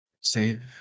save